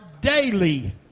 daily